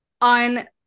on